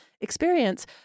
experience